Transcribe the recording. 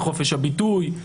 בחופש הביטוי,